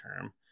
term